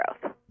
growth